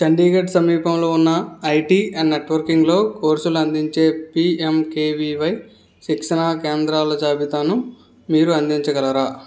చండీగఢ్ సమీపంలో ఉన్న IT and నెట్వర్కింగ్లో కోర్సులు అందించే పిఎమ్కేవివై శిక్షణా కేంద్రాల జాబితాను మీరు అందించగలరా